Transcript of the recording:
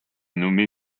nommée